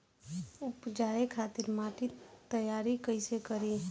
उपजाये खातिर माटी तैयारी कइसे करी?